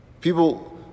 people